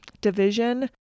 division